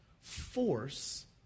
force